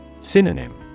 Synonym